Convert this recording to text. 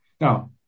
Now